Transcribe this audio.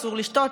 אסור לשתות,